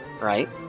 right